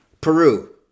Peru